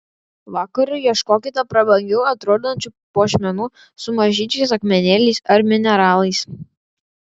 vakarui ieškokite prabangiau atrodančių puošmenų su mažyčiais akmenėliais ar mineralais